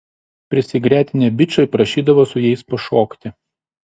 prisigretinę bičai prašydavo su jais pašokti